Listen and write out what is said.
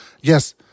yes